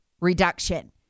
reduction